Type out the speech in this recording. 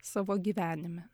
savo gyvenime